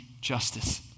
justice